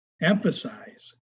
emphasize